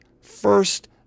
first